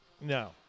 no